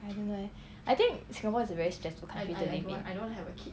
I don't know eh I think singapore is very stressful country to live in